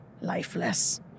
lifeless